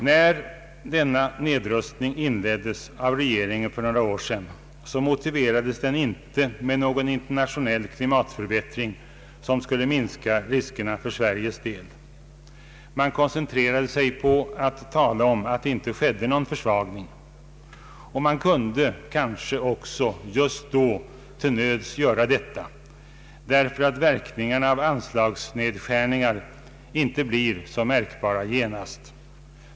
När denna nedrustning inleddes av regeringen för några år sedan, motiverades den inte med någon internationell klimatförbättring som skulle kunna minska riskerna för Sveriges del. Man koncentrerade sig på att tala om att det inte skedde någon försvagning. Man kunde kanske också just då till nöds göra detta, eftersom verkningar av anslagsnedskärningar inte blir så märkbara genast.